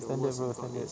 ten days worth of days